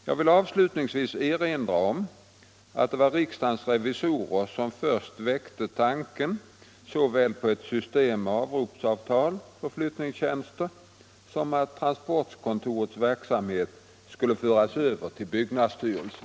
Jag vill avslutningsvis erinra om att det var riksdagens revisorer som först väckte tanken såväl på ett system med avropsavtal för flyttningstjänster som på att transportkontorets verksamhet skulle föras till byggnadsstyrelsen.